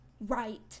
right